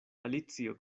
alicio